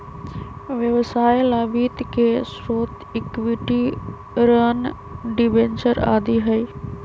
व्यवसाय ला वित्त के स्रोत इक्विटी, ऋण, डिबेंचर आदि हई